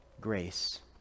grace